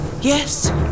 Yes